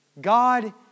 God